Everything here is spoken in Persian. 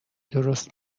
درست